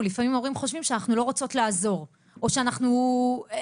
אפשר להציג אותם ואת